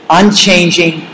unchanging